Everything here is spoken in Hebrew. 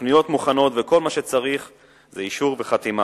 התוכניות מוכנות, וכל מה שצריך זה אישור וחתימה.